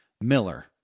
Miller